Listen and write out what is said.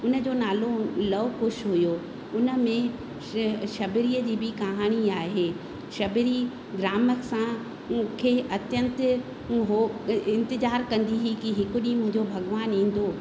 हुनजो नालो लव कुश हुयो हुनमें श शबरीअ जी बि कहाणी आहे शबरी राम सां मूंखे अत्यंत उहो इंतिज़ार कंदी ही की हिक ॾींहुं मुंहिंजो भॻवानु ईंदो